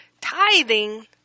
Tithing